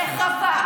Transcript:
רחבה,